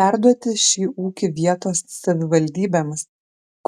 perduoti šį ūkį vietos savivaldybėms